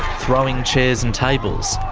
throwing chairs and tables,